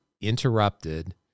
interrupted